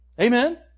Amen